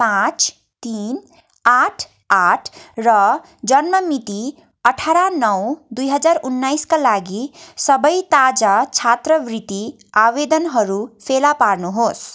पाँच तिन आठ आठ र जन्म मिति अठार नौ दुई हजार उन्नाइसका लागि सबै ताजा छात्रवृद्धि आवेदनहरू फेला पार्नुहोस्